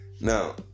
Now